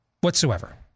whatsoever